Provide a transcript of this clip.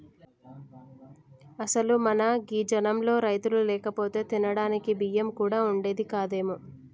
అసలు మన గీ జనంలో రైతులు లేకపోతే తినడానికి బియ్యం కూడా వుండేది కాదేమో